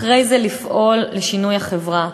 אחרי זה לפעול לשינוי החברה.